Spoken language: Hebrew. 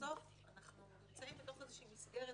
בסוף אנחנו נמצאים באיזושהי מסגרת.